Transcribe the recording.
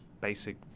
basic